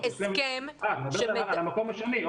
אני מדבר על אחד מהמגרשים.